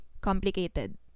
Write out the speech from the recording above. complicated